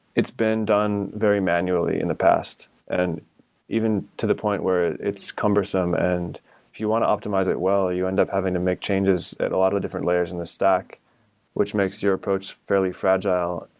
it's been done very manually in the past, and even to the point where it's cumbersome and if you want optimize it well, you end up having to make changes at a lot of the different layers in the stack which makes your approach fairly fragile.